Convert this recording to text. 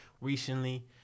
recently